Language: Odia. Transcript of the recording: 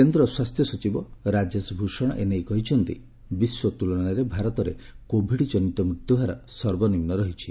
କେନ୍ଦ୍ର ସ୍ୱାସ୍ଥ୍ୟ ସଚିବ ରାଜେଶ ଭୂଷଣ କହିଛନ୍ତି ବିଶ୍ୱ ତ୍କଳନାରେ ଭାରତରେ କୋଭିଡ୍କନିତ ମୃତ୍ୟୁହାର ସର୍ବନିମ୍ନ ରହିଛି